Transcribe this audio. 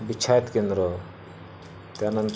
बिछायत केंद्र त्यानंतर